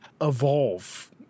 evolve